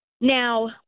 Now